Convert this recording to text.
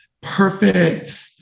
perfect